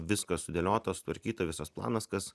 viskas sudėliota sutvarkyta visas planas kas